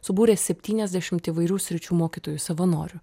subūrė septyniasdešimt įvairių sričių mokytojų savanorių